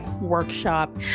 workshop